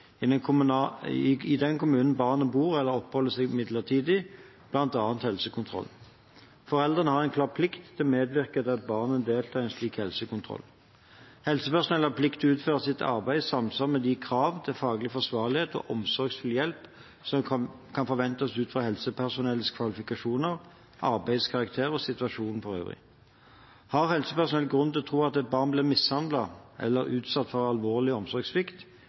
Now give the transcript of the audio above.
i den kommunen barnet bor eller oppholder seg midlertidig, bl.a. helsekontroll. Foreldrene har en klar plikt til å medvirke til at barnet deltar i en slik helsekontroll. Helsepersonell har plikt til å utføre sitt arbeid i samsvar med de krav til faglig forsvarlighet og omsorgsfull hjelp som kan forventes ut fra helsepersonellets kvalifikasjoner, arbeidets karakter og situasjonen for øvrig. Har helsepersonell grunn til å tro at et barn blir mishandlet eller utsatt for alvorlig omsorgssvikt,